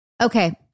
Okay